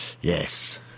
Yes